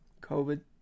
COVID